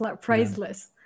priceless